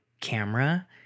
camera